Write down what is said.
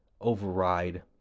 override